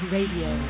Radio